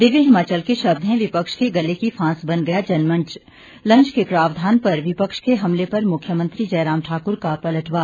दिव्य हिमाचल के शब्द हैं विपक्ष के गले की फांस बन गया जनमंच लंच के प्रावधान पर विपक्ष के हमले पर मुख्यमंत्री जयराम ठाकुर का पलटवार